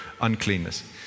uncleanness